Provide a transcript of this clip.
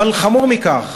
אבל חמור מכך,